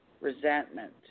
resentment